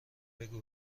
بگو